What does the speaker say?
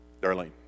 Darlene